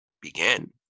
begin